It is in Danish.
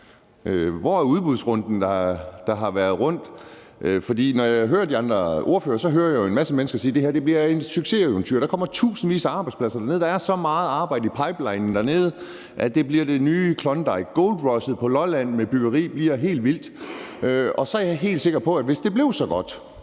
Hvor er udbudsrunden? Jeg hører jo en masse af de andre ordførere sige: Det her bliver et succeseventyr, der kommer tusindvis af arbejdspladser dernede, og der er så meget arbejde i pipelinen dernede, at det bliver det nye klondike, og at goldrushet på Lolland med byggeri bliver helt vildt. Og jeg er helt sikker på, at hvis man vidste, det blev så godt,